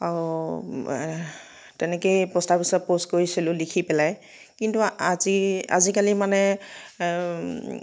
আহ তেনেকেই প'ষ্ট অফিচত প'ষ্ট কৰিছিলোঁ লিখি পেলাই কিন্তু আজি আজিকালি মানে